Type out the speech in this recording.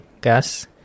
gas